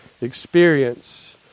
experience